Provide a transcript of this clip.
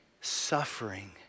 suffering